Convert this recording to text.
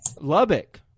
Lubbock